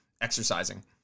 exercising